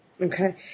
Okay